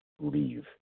leave